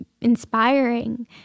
inspiring